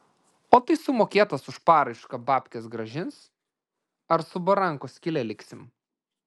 o tai sumokėtas už paraišką babkes grąžins ar su barankos skyle liksim